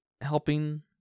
helping